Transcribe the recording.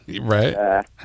Right